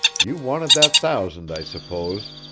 you wanted that thousand, i suppose.